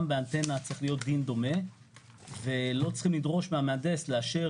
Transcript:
גם באנטנה צריך להיות דין דומה ולא צריכים לדרוש מהמהנדס לאשר